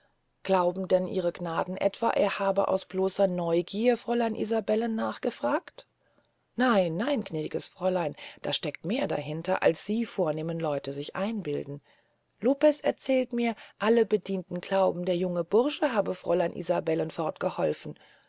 glauben denn ihr gnaden etwa er habe aus bloßer neugier fräulein isabellen nachgefragt nein nein gnädiges fräulein da steckt mehr dahinter als sie vornehmen leute sich einbilden lopez erzählt mir alle bedienten glauben der junge bursche habe fräulein isabellen